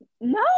No